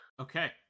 okay